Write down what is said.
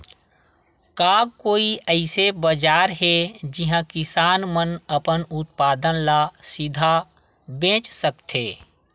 का कोई अइसे बाजार हे जिहां किसान मन अपन उत्पादन ला सीधा बेच सकथे?